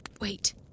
Wait